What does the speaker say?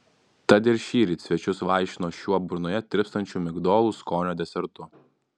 tad ir šįryt svečius vaišino šiuo burnoje tirpstančiu migdolų skonio desertu